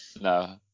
no